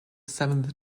seventh